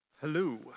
Hello